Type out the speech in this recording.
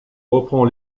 reprend